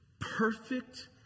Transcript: perfect